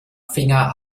finger